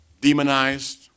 demonized